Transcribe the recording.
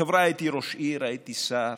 חבריא, הייתי ראש עיר, הייתי שר,